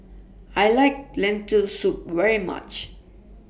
I like Lentil Soup very much